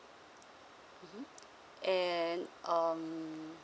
mmhmm and um